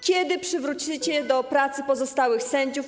Kiedy przywrócicie do pracy pozostałych sędziów?